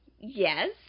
Yes